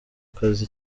akazi